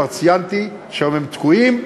שכבר ציינתי שהיום תקועים,